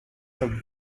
have